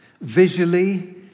Visually